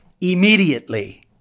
Immediately